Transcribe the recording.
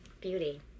Beauty